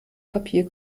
papier